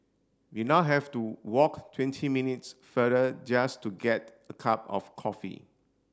we now have to walk twenty minutes farther just to get a cup of coffee